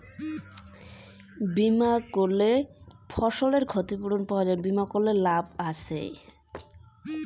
বিমা করির লাভ কি?